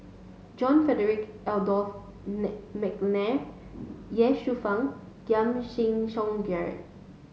John Frederick Adolphus McNair Ye Shufang Giam Song Gerald